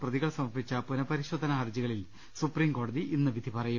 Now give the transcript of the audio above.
പ്രതികൾ സമർപ്പിച്ച പുനഃപരിശോധന ഹർജികളിൽ സുപ്രീം കോടതി ഇന്ന് വിധി പറയും